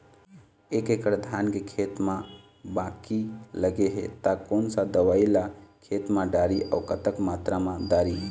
एक एकड़ धान के खेत मा बाकी लगे हे ता कोन सा दवई ला खेत मा डारी अऊ कतक मात्रा मा दारी?